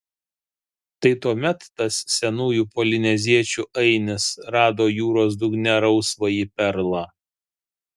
tai tuomet tas senųjų polineziečių ainis rado jūros dugne rausvąjį perlą